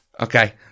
Okay